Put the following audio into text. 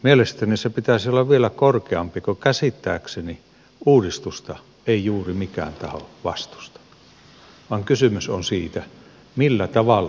mielestäni sen pitäisi olla vielä korkeampi kun käsittääkseni uudistusta ei juuri mikään taho vastusta vaan kysymys on siitä millä tavalla tehdään